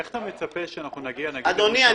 אדוני, איך אתה מצפה שאנחנו נגיע --- בערבה?